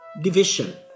division